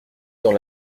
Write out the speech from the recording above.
dans